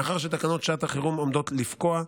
מאחר שתקנות שעת החירום עומדות לפקוע,